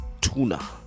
tuna